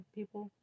people